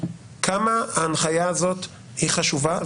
כמה ההנחיה הזאת היא חשובה.